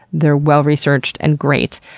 they're well researched and great.